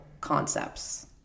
concepts